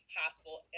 possible